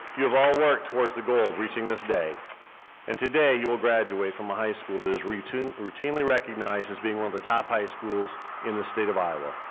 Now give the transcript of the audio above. you've all worked towards the goal of reaching this day and today you will graduate from a high school that is routinely recognized as being one of the top high schools in the state of iowa.